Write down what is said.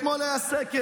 אתמול היה סקר,